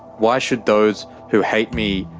why should those who hate me,